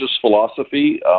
philosophy